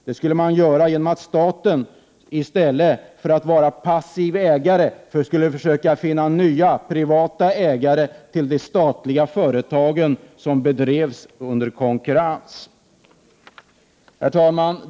Det skulle man kunna göra genom att staten i stället för att vara passiv ägare försöker finna nya privata ägare till de statliga företag som bedrivs under konkurrens. Herr talman!